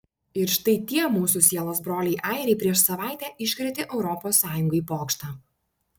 ir štai tie mūsų sielos broliai airiai prieš savaitę iškrėtė europos sąjungai pokštą